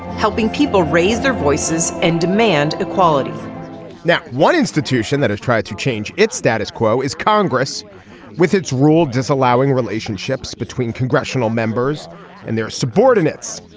helping people raise their voices and demand equality now one institution that has tried to change its status quo is congress with its rule disallowing relationships between congressional members and their subordinates.